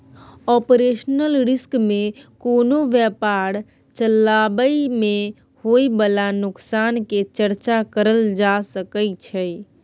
operational risk में कोनो व्यापार चलाबइ में होइ बाला नोकसान के चर्चा करल जा सकइ छइ